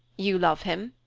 you love him?